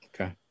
Okay